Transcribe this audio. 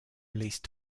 released